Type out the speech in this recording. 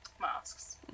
masks